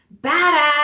badass